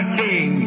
king